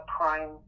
prime